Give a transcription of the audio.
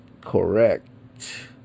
correct